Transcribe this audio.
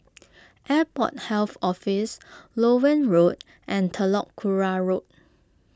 Airport Health Office Loewen Road and Telok Kurau Road